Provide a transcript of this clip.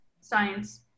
science